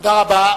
תודה רבה.